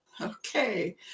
Okay